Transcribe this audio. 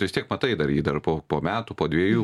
vis tiek matai jį dar jį dar po po metų po dviejų